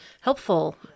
helpful